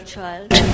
child